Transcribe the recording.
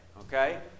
Okay